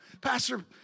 Pastor